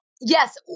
Yes